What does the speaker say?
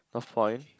northpoint